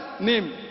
name